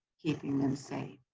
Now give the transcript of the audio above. keeping them safe?